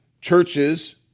churches